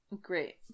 Great